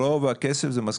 רוב הכסף זה משכורות.